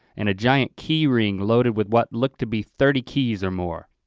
and a giant keyring loaded with what looked to be thirty keys or more.